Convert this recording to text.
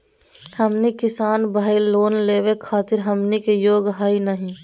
हमनी किसान भईल, लोन लेवे खातीर हमनी के योग्य हई नहीं?